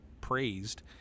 praised